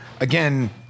again